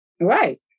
Right